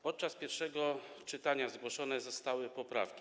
Podczas pierwszego czytania zgłoszone zostały poprawki.